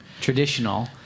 traditional